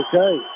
Okay